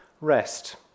rest